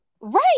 Right